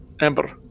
Ember